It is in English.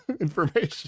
information